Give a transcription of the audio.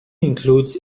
includes